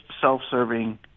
self-serving